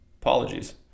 Apologies